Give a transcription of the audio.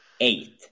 eight